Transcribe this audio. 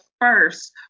first